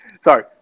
Sorry